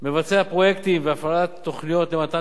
מבצע פרויקטים והפעלת תוכניות למתן